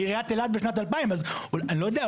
בעיריית אלעד בשנת 2000. אז אני לא יודע,